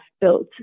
built